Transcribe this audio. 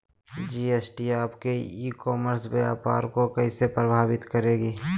GST आपके e commerce व्यापार को कैसे प्रभावित करेगी?